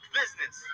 business